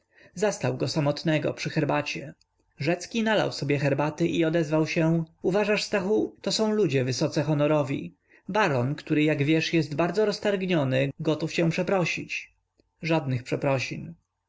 do wokulskiego zastał go samotnego przy herbacie rzecki nalał sobie herbaty i odezwał się uważasz stachu to są ludzie wysoce honorowi baron który jak wiesz jest bardzo roztargniony gotów cię przeprosić żadnych przeprosin